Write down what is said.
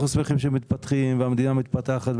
אנחנו שמחים שהמדינה מתפתחת,